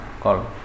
called